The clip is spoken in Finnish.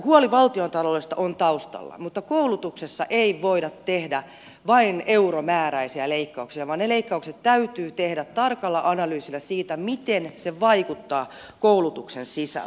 huoli valtiontaloudesta on taustalla mutta koulutuksessa ei voida tehdä vain euromääräisiä leikkauksia vaan ne leikkaukset täytyy tehdä tarkalla analyysillä siitä miten ne vaikuttavat koulutuksen sisältöön